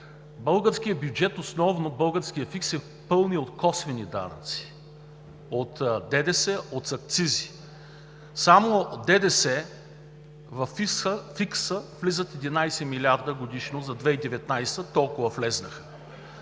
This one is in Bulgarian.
Българският бюджет, основно българският фиск се пълни от косвени данъци – от ДДС, от акцизи. Само от ДДС във фиска влизат 11 милиарда годишно – за 2019-а толкова влязоха.